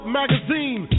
magazine